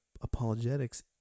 apologetics